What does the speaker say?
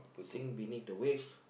sink beneath the waves